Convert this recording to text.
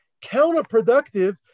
counterproductive